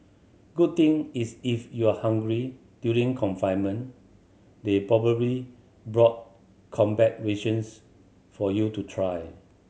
good thing is if you're hungry during confinement they probably bought combat rations for you to try